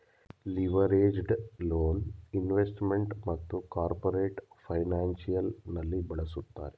leveraged loan investment ಮತ್ತು corporate financial ನಲ್ಲಿ ಬಳಸುತ್ತಾರೆ